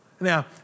Now